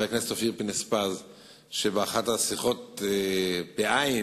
הפעם לצערי השיאים נשברו.